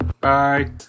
Bye